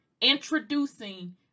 introducing